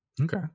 Okay